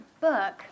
book